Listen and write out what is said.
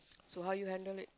so how do you handle it